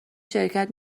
شرکت